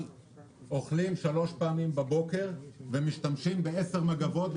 אוכלים שלוש פעמים בבוקר ומשתמשים בעשר מגבות,